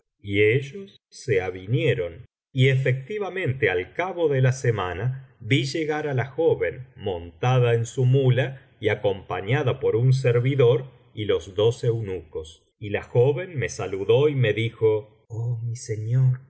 y ellos so avinieron y efectivamente al cabo de la semana vi llegar á la joven montada en su muía y acompañada por un servidor y los dos eunucos y la joven me saludó y me dijo oh mi señor